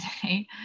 today